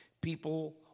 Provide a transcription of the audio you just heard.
People